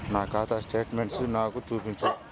నా ఖాతా స్టేట్మెంట్ను నాకు చూపించు